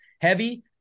heavy